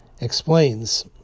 explains